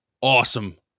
Awesome